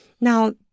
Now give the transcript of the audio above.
Now